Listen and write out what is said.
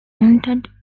mounted